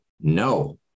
No